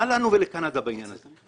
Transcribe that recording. מה לנו ולקנדה בעניין הזה?